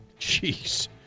Jeez